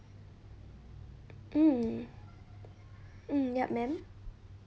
mm mm yup madam